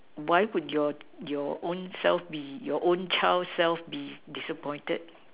why would your your own self be your own child self be disappointed